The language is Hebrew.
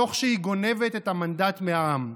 תוך שהיא גונבת את המנדט מהעם.